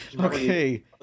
Okay